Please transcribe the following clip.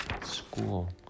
School